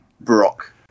Brock